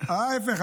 אני לא, לא, ההפך.